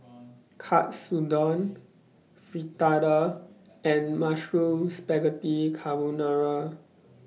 Katsudon Fritada and Mushroom Spaghetti Carbonara